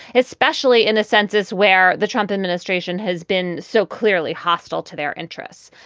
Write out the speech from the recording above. especially in a census where the trump administration has been so clearly hostile to their interests.